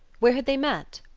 where had they met?